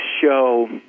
show